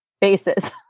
bases